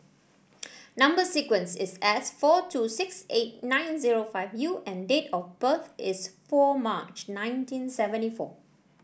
number sequence is S four two six eight nine zero five U and date of birth is four March nineteen seventy four